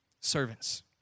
servants